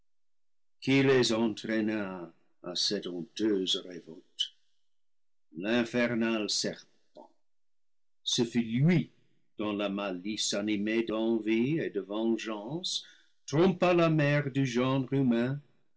qui les entraîna à cette honteuse révolte l'infernal serpent ce fut lui dont la malice animée d'envie et de vengeance trompa la mère du genre humain